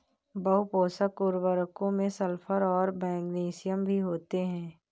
बहुपोषक उर्वरकों में सल्फर और मैग्नीशियम भी होते हैं